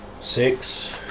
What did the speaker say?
Six